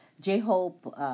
J-Hope